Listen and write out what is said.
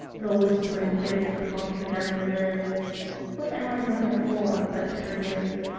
low whispering bids the paltry memory live what am i brother for, but to forgive!